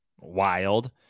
wild